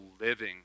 living